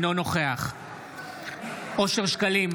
אינו נוכח אושר שקלים,